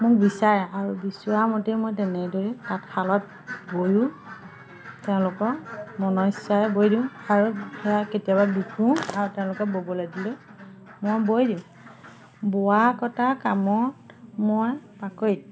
মোক বিচাৰে আৰু বিচৰা মতে মই তেনেদৰে তাত শালত বৈও তেওঁলোকৰ মনৰ ইচ্ছাৰে বৈ দিওঁ আৰু সেয়া কেতিয়াবা আৰু তেওঁলোকে ব'বলে দিলে মই বৈ দিওঁ বোৱা কটা কামত মই পাকৈত